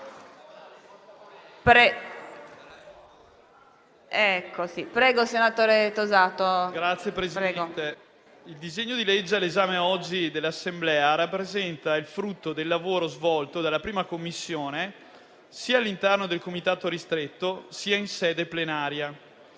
il disegno di legge oggi all'esame dell'Assemblea rappresenta il frutto del lavoro svolto dalla 1ª prima Commissione, sia all'interno del comitato ristretto sia in sede plenaria.